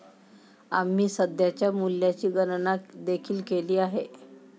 आम्ही सध्याच्या मूल्याची गणना देखील केली आहे